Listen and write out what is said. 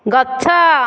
ଗଛ